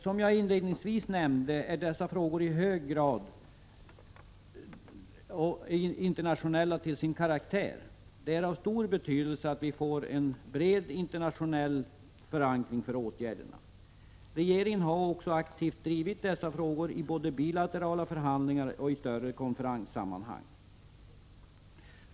Som jag inledningsvis nämnde är dessa miljövårdsfrågor i hög grad internationella till sin karaktär. Det är av stor betydelse att vi får en bred internationell förankring för åtgärderna. Regeringen har också aktivt drivit dessa frågor både i bilaterala förhandlingar och i större konferenssammanhang.